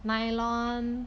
nylon